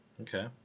Okay